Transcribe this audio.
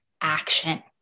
action